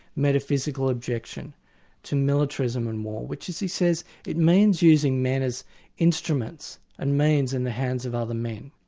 metaphysical objection to militarism and war, which is he says, it means using men as instruments and means in the hands of other men.